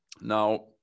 Now